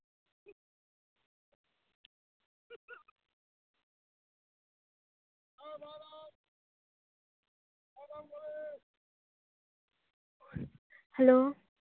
hello